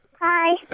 Hi